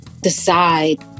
decide